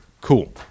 cool